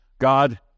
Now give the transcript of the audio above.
God